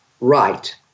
right